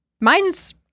Mine's